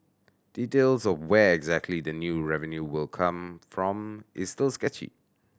details of where exactly the new revenue will come from is still sketchy